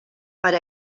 per